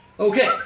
Okay